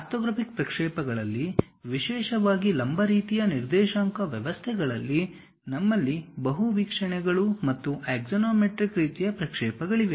orthographic ಪ್ರಕ್ಷೇಪಗಳಲ್ಲಿ ವಿಶೇಷವಾಗಿ ಲಂಬ ರೀತಿಯ ನಿರ್ದೇಶಾಂಕ ವ್ಯವಸ್ಥೆಗಳಲ್ಲಿ ನಮ್ಮಲ್ಲಿ ಬಹು ವೀಕ್ಷಣೆಗಳು ಮತ್ತು ಆಕ್ಸಾನೊಮೆಟ್ರಿಕ್ ರೀತಿಯ ಪ್ರಕ್ಷೇಪಗಳಿವೆ